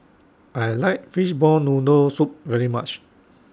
I like Fishball Noodle Soup very much